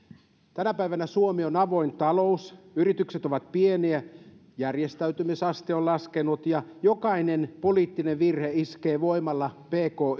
tänä päivänä suomi on avoin talous yritykset ovat pieniä järjestäytymisaste on laskenut ja jokainen poliittinen virhe iskee voimalla pk